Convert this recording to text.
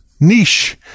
niche